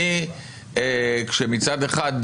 כשמצד אחד,